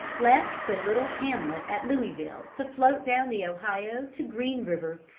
left the little hamlet at louisville to float down the ohio to green river,